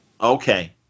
Okay